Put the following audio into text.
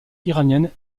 iranienne